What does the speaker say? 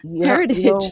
heritage